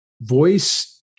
voice